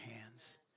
hands